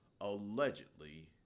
allegedly